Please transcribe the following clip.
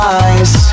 eyes